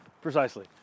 Precisely